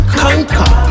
conquer